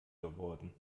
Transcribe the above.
geworden